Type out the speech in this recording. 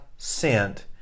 sent